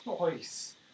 Nice